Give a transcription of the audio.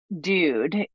dude